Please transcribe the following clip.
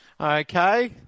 okay